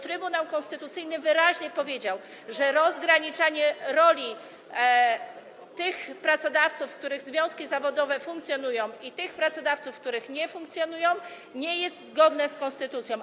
Trybunał Konstytucyjny wyraźnie powiedział, że rozgraniczanie roli tych pracodawców, w przypadku których związki zawodowe funkcjonują, i tych pracodawców, w przypadku których nie funkcjonują, nie jest zgodne z konstytucją.